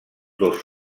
dos